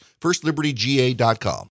firstlibertyga.com